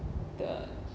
the